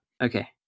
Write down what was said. Okay